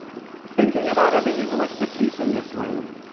thinking about our behavioral expertise in this room,